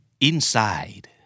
Inside